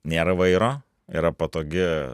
nėra vairo yra patogi